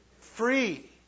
free